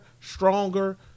stronger